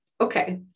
okay